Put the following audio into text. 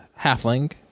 halfling